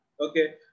Okay